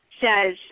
says